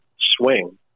swing